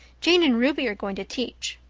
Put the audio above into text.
jane and ruby are going to teach.